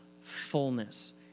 fullness